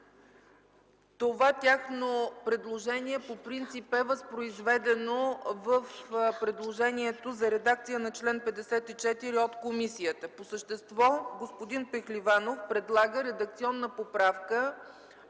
Това тяхно предложение по принцип е възпроизведено в предложението за редакция на чл. 54 от комисията. По същество господин Пехливанов предлага редакционна поправка